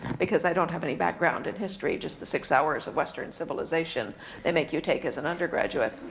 because i don't have any background in history, just the six hours of western civilization they make you take as an undergraduate.